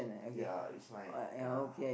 ya he's my ya